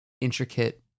intricate